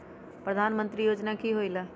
प्रधान मंत्री योजना कि होईला?